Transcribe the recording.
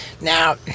now